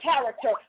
character